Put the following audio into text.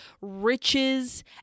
riches